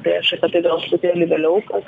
tai aš apie tai gal truputėlį vėliau